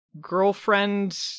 girlfriend